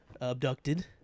abducted